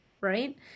Right